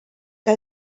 que